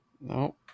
no